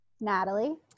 Natalie